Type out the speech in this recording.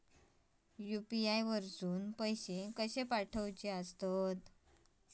UPI वरसून पैसे कसे पाठवचे?